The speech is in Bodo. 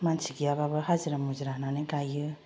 मानसि गैयाब्लाबो हाजिरा मुजिरा होनानै गायो